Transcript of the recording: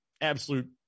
absolute